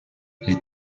les